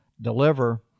deliver